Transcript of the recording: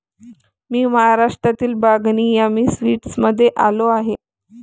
मी महाराष्ट्रातील बागनी यामी स्वीट्समध्ये आलो आहे